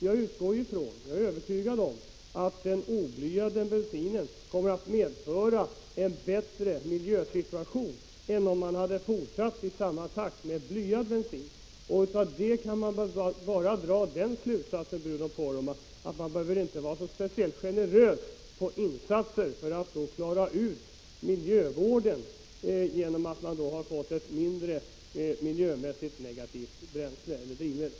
Jag utgår från, och är övertygad om, att den oblyade bensinen kommer att medföra en bättre miljösituation än om man hade fortsatt i samma takt med blyad bensin. Av detta kan man väl dra den slutsatsen, Bruno Poromaa, att man inte behöver vara speciellt generös med insatser för att klara miljövården, då man har fått ett miljömässigt mindre dåligt drivmedel.